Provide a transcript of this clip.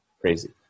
Crazy